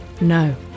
No